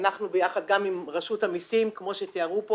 אנחנו ביחד גם עם רשות המיסים כמו שתיארו פה